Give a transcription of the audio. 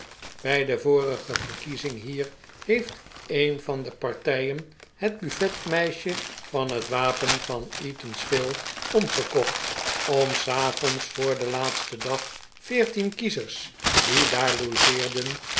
bij de vorige verkiezing hier heeft een van de partijen het buffetmeisje van het wapen van eatanswill omgekocht om s avonds voor den laatsten dag veertien kiezers die daar logeerden